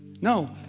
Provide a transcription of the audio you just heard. No